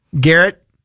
Garrett